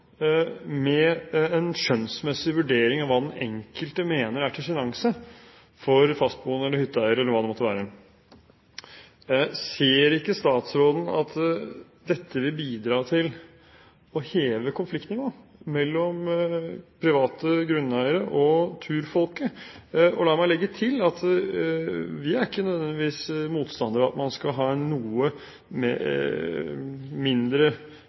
med en skjønnsmessig vurdering av hva den enkelte mener er til sjenanse for fastboende, hytteeiere eller hvem det måtte være. Ser ikke statsråden at dette vil bidra til å heve konfliktnivået mellom private grunneiere og turfolket? La meg legge til at vi ikke nødvendigvis er motstandere av at man skal ha noe